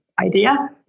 idea